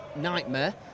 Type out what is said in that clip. nightmare